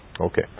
Okay